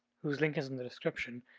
whose link is in the description,